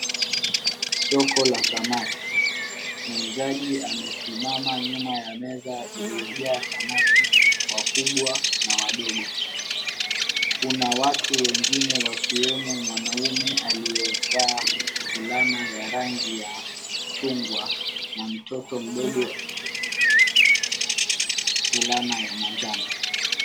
Soko la samaki. Mwuzaji amesimama nyuma ya meza iliyojaa samaki wakubwa na wadogo. Kuna watu wengine wakiwemo mwanaume aliyevaa fulana ya rangi ya chungwa na mtoto mdogo fulana ya manjano.